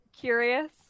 curious